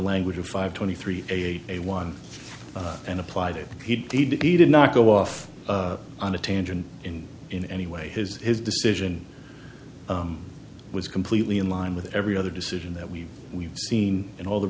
language of five twenty three a a one and applied it he did it he did not go off on a tangent in in any way his his decision was completely in line with every other decision that we've we've seen in all the